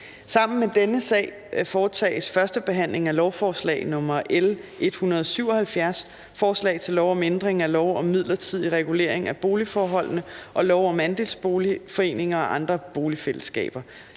dagsordenen er: 4) 1. behandling af lovforslag nr. L 176: Forslag til lov om ændring af lov om midlertidig regulering af boligforholdene og lov om andelsboligforeninger og andre boligfællesskaber.